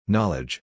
Knowledge